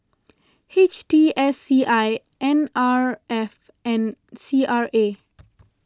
H T S C I N R F and C R A